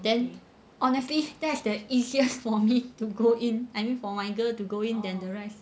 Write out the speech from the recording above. then honestly that's the easiest for me to go in I mean for my girl to go in than the rest